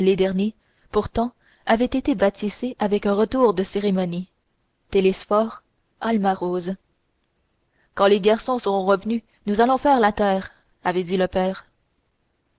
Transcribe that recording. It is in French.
les derniers pourtant avaient été baptisés avec un retour de cérémonie télesphore alma rose quand les garçons seront revenus nous allons faire de la terre avait dit le père